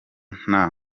nta